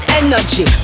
energy